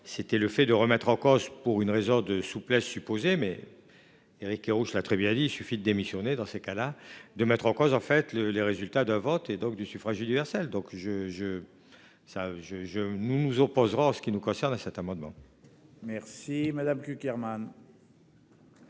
c'était le fait de remettre en cause pour une raison de souplesse supposé mais. Éric Kerrouche la très bien il suffit de démissionner dans ces cas-là de mettre en cause en fait le, les résultats de vente et donc du suffrage universel, donc je, je, ça je je. Nous nous opposerons. Ce qui nous concerne à cet amendement. Merci madame Hermann.